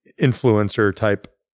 influencer-type